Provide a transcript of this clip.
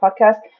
podcast